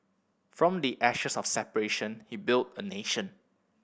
from the ashes of separation he built a nation